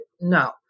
No